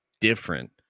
different